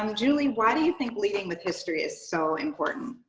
um julye, why do you think leading with history is so important?